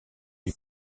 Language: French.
les